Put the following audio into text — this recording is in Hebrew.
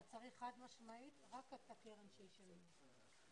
אנחנו גם כמובן נקיים דיון נוסף על יוצאי החינוך של החברה החרדית,